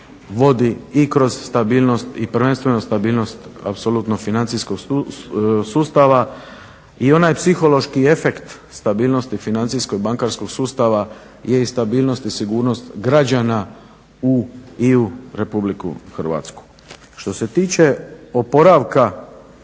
vodi i kroz stabilnost, i prvenstveno stabilnost apsolutno financijskog sustava i onaj psihološki efekt stabilnosti financijsko i bankarskog sustava je i stabilnost i sigurnost građana u, i u Republiku Hrvatsku. Što se tiče oporavka